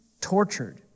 tortured